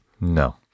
No